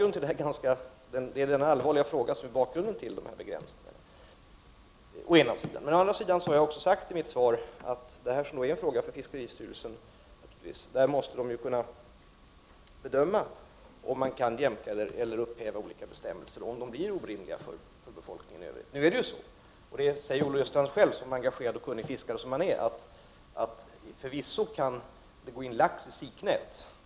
Det är denna allvarliga fråga som är bakgrunden till genomförda begränsningar. Men å andra sidan säger jag i mitt svar att eftersom det här är en fråga för fiskeristyrelsen måste man där kunna bedöma om det går att jämka eller att upphäva olika bestämmelser, om dessa blir orimliga för befolkningen i övrigt. Nu är det så — och det säger Olle Östrand själv också, engagerad och kunnig fiskare som han är — att lax förvisso kan gå in i siknät.